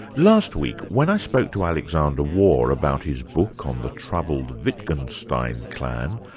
last week, when i spoke to alexander waugh about his book on the troubled wittgenstein clan,